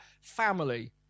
family